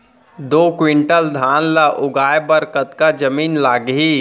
दो क्विंटल धान ला उगाए बर कतका जमीन लागही?